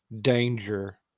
danger